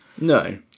No